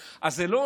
מה תעשו מחר?